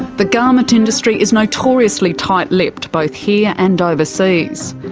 the garment industry is notoriously tight lipped both here and overseas.